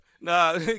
Nah